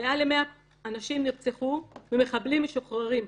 מעל ל-100 אנשים נרצחו ומחבלים משוחררים.